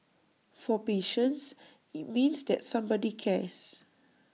for patients IT means that somebody cares